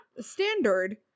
standard